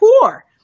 poor